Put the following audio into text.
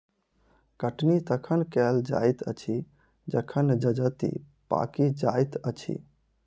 कटनी तखन कयल जाइत अछि जखन जजति पाकि जाइत अछि